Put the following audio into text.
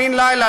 בן-לילה,